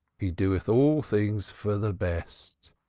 he doeth all things for the best.